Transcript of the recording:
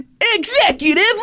Executive